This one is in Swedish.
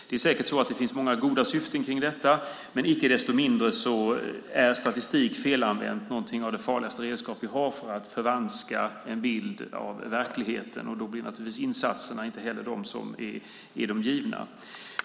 Det är säkert så att det finns många goda syften med detta, men icke desto mindre är felanvänd statistik ett av de farligaste redskap vi har för att förvanska bilden av verkligheten. Då blir naturligtvis insatserna inte heller de som är de givna.